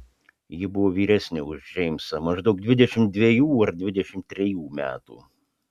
ji buvo vyresnė už džeimsą maždaug dvidešimt dvejų ar dvidešimt trejų metų